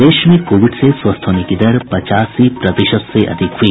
प्रदेश में कोविड से स्वस्थ होने की दर पचासी प्रतिशत से अधिक हुई